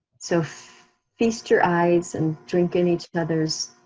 so feast your eyes and drink in each other's